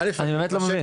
אני באמת לא מבין.